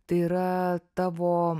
tai yra tavo